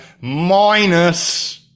minus